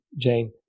Jane